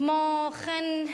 כמו כן,